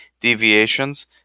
deviations